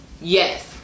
Yes